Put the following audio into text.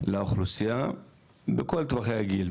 לאוכלוסייה בכל טווחי הגיל,